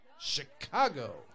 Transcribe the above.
Chicago